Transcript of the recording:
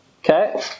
Okay